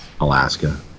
Alaska